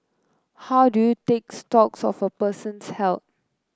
how do you take stocks of a person's health